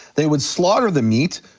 they would slaughter the meat,